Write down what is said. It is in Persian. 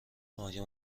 آیا